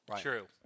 True